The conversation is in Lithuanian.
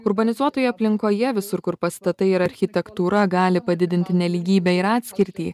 urbanizuotoje aplinkoje visur kur pastatai ir architektūra gali padidinti nelygybę ir atskirtį